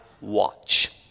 watch